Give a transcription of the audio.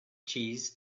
cheese